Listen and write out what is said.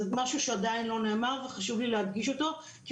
זה משהו שעדיין לא נאמר וחשוב לי להדגיש אותו כי